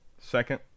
second